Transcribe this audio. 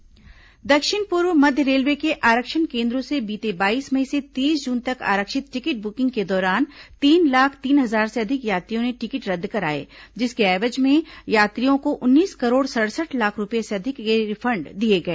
railway refund दक्षिण पूर्व मध्य रेलवे के आरक्षण केन्द्रों से बीते बाईस मई से तीस जून तक आरक्षित टिकट बुकिंग के दौरान तीन लाख तीन हजार से अधिक यात्रियों ने टिकट रद्द कराए जिसके एवज में यात्रियों को उन्नीस करोड़ सड़सठ लाख रूपये से अधिक के रिफंड दिए गए